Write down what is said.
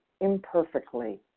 imperfectly